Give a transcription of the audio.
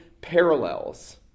parallels